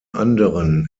anderen